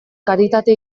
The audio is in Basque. karitate